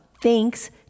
thanks